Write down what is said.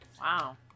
Wow